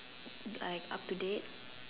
like up to date